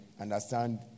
understand